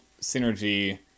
synergy